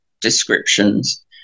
descriptions